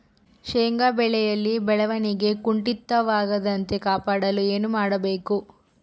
ಶೇಂಗಾ ಬೆಳೆಯಲ್ಲಿ ಬೆಳವಣಿಗೆ ಕುಂಠಿತವಾಗದಂತೆ ಕಾಪಾಡಲು ಏನು ಮಾಡಬೇಕು?